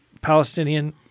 Palestinian